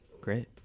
Great